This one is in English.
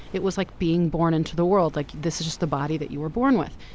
it was like being born into the world like this is just the body that you were born with.